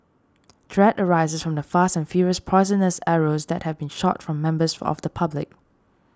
dread arises from the fast and furious poisonous arrows that have been shot from members of the public